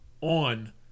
on